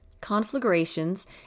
conflagrations